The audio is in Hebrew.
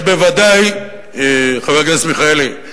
חבר הכנסת מיכאלי,